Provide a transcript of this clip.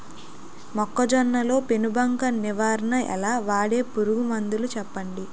మొక్కజొన్న లో పెను బంక నివారణ ఎలా? వాడే పురుగు మందులు చెప్పండి?